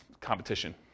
competition